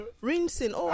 rinsing